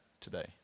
today